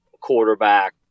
quarterback